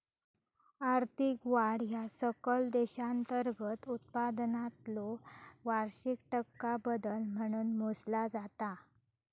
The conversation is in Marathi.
आर्थिक वाढ ह्या सकल देशांतर्गत उत्पादनातलो वार्षिक टक्का बदल म्हणून मोजला जाता